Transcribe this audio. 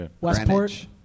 Westport